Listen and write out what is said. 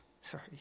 sorry